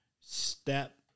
step